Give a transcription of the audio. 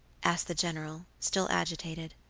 asked the general, still agitated.